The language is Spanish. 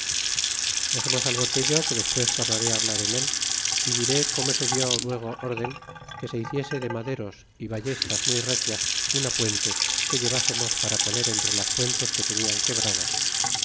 dexemos al botello que despues tornaré hablar en el y diré como se dió luego orden que se hiciese de maderos y ballestas muy recias una puente que llevsemos para poner en las puentes que tenian quebradas